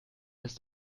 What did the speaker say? ist